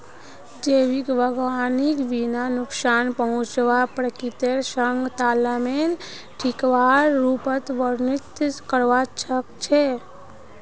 जैविक बागवानीक बिना नुकसान पहुंचाल प्रकृतिर संग तालमेल बिठव्वार रूपत वर्णित करवा स ख छ